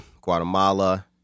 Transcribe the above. Guatemala